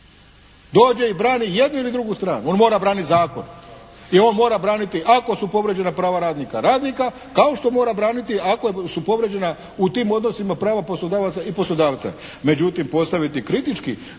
dođe i brani jednu ili drugu stranu, on mora braniti zakon i on mora braniti ako su povrijeđena prava radnika kao što mora braniti ako su povrijeđena u tim odnosima prava poslodavaca i poslodavca. Međutim postaviti kritički